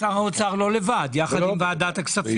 שר האוצר לא לבד אלא יחד עם ועדת הכספים.